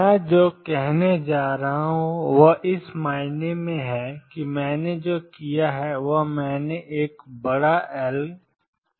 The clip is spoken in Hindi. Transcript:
मैं जो करने जा रहा हूं वह इस मायने में है कि मैंने जो किया है वह मैंने एक बड़ा L एक बड़ा L लिया है